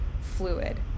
fluid